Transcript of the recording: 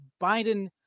Biden